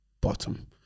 bottom